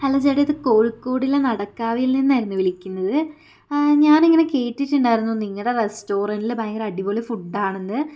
hello ചേട്ടാ ഇത് കോഴിക്കോടുള്ള നടക്കാവിൽ നിന്നായിരുന്നു വിളിക്കുന്നത് ആ ഞാൻ ഇങ്ങനെ കേട്ടിട്ടുണ്ടാരുന്നു നിങ്ങളുടെ റെസ്റ്റോറൻറ്റില് ഭയങ്കര അടിപൊളി ഫുഡാണെന്ന്